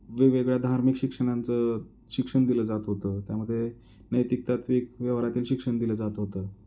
वेगवेगळ्या धार्मिक शिक्षणांचं शिक्षण दिलं जात होतं त्यामध्ये नैतिक तात्त्विक व्यवहारातील शिक्षण दिलं जात होतं